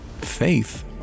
faith